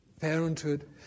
parenthood